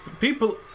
People